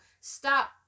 Stop